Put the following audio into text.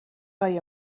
های